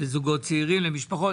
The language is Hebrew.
לזוגות צעירים, למשפחות.